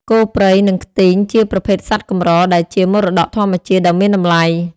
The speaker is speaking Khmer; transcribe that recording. គោព្រៃ និងខ្ទីង ជាប្រភេទសត្វកម្រដែលជាមរតកធម្មជាតិដ៏មានតម្លៃ។